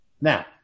Now